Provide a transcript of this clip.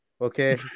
Okay